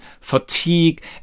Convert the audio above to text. fatigue